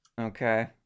Okay